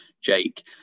Jake